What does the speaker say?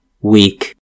weak